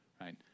right